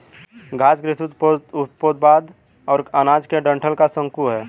घास कृषि उपोत्पाद है और अनाज के डंठल का शंकु है